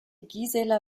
gisela